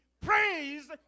praise